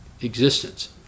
existence